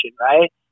right